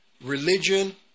religion